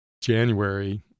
January